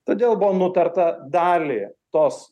todėl buvo nutarta dalį tos